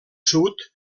sud